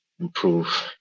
improve